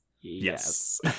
yes